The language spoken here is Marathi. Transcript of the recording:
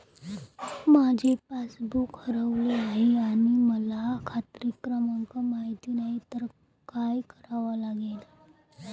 माझे पासबूक हरवले आहे आणि मला खाते क्रमांक माहित नाही तर काय करावे लागेल?